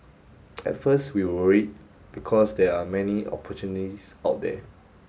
at first we were worried because there are many opportunists out there